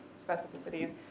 specificities